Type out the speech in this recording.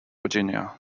virginia